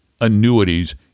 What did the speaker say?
annuities